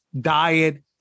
diet